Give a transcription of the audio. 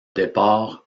départ